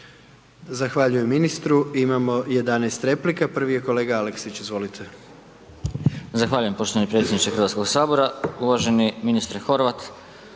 Zahvaljujem ministru. Imamo 11 replika, prvi je kolega Aleksić, izvolite. **Aleksić, Goran (SNAGA)** Zahvaljujem poštovani predsjedniče Hrvatskog sabora. Uvaženi ministre Horvat,